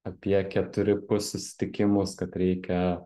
apie keturi susitikimus kad reikia